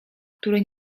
który